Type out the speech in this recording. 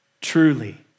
truly